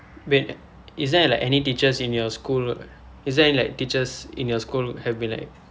wait is there like any teachers in your school is there any like teachers in your school have been like